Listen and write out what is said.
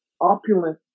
opulent